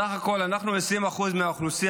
אנחנו בסך הכול 20% מהאוכלוסייה,